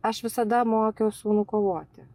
aš visada mokiau sūnų kovoti